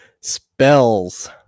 spells